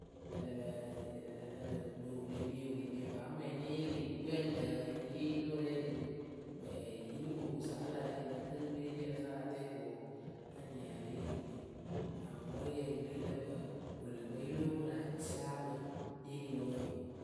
ǝ lǝ pǝǝ ǝǝ ǝ lǝ pɨ lo wɨ le pie wɨ le pie ko áa mwɛɛnɩ ée ri gbɨ gbɨwe ǝŋ tɨ ǝǝ yee yɩlɩʊrɛ ri kpɨ gbɨ ɛɛ yɩlɩkookoosa wǝ́ la ǝlǝ tɨɨ kpekpereepii ǝ lǝ fɨ a la tɛɛ ko wɔanyɩŋ a ya lée ri kpɨ. Amɔɔrʊyǝ yɨ kpii lǝ wǝ́ wɨlǝkpǝ yɨ lóo koru acaakpɨ le ri wǝǝ oo.